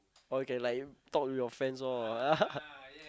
or you can like talk to your friends lor